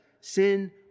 sin